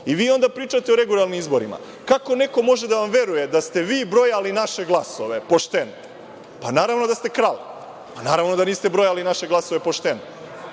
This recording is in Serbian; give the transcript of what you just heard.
I, vi onda pričate o regularnim izborima? Kako neko može da vam veruje da ste vi brojali naše glasove pošteno? Naravno, da ste krali. Naravno, da niste brojali naše glasove pošteno,